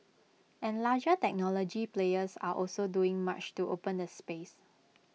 and larger technology players are also doing much to open the space